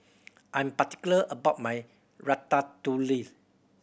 I'm particular about my Ratatouille